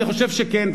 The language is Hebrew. אני חושב שכן,